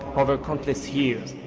over countless years,